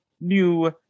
new